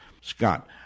Scott